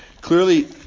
Clearly